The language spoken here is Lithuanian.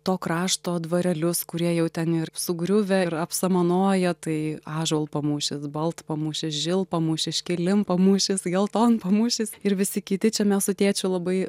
to krašto dvarelius kurie jau ten ir sugriuvę ir apsamanoję tai ąžuolpamūšis baltpamūšis žilpamūšis škilinpamūšis geltonpamūšis ir visi kiti čia mes su tėčiu labai